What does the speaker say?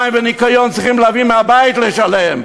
מים וניקיון צריכים להביא מהבית כדי לשלם,